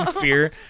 fear